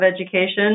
education